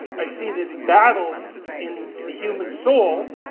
i see this battle in the human soul,